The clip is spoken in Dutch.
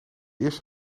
eerst